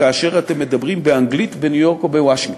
כאשר אתם מדברים באנגלית בניו-יורק או בוושינגטון.